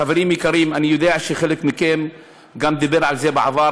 חברים יקרים, אני יודע שחלק מכם דיברו על זה בעבר.